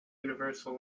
universal